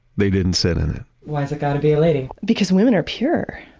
they didn't sit in it why's it gonna be a lady? because women are pure.